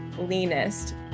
leanest